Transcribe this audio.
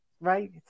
Right